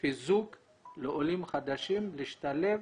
חיזוק לעולים חדשים להשתלב,